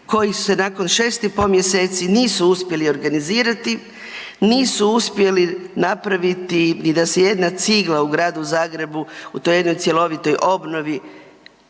koji se nakon 6 i po mjeseci nisu uspjeli organizirati, nisu uspjeli napraviti ni da se jedna cigla u Gradu Zagrebu u toj jednoj cjelovitoj obnovi